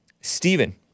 Stephen